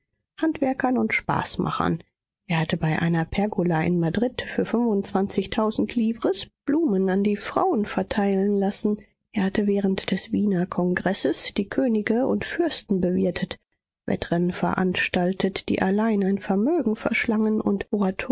handwerkern und spaßmachern er hatte bei einer pergola in madrid für fünfundzwanzigtausend livres blumen an die frauen verteilen lassen er hatte während des wiener kongresses die könige und fürsten bewirtet wettrennen veranstaltet die allein ein vermögen verschlangen und